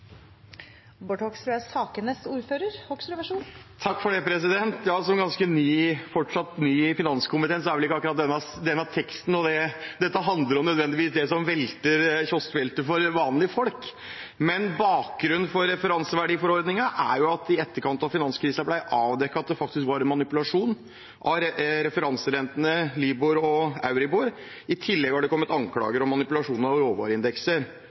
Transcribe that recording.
Jeg er fortsatt ganske ny i finanskomiteen, og akkurat denne teksten, det dette handler om, er vel ikke nødvendigvis en kioskvelter for vanlige folk. Bakgrunnen for referanseverdiforordningen er at det i etterkant av finanskrisen ble avdekket at det faktisk var manipulasjon av referanserentene Libor og Euribor. I tillegg var det kommet anklager om manipulasjon av råvareindekser.